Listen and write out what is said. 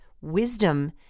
wisdom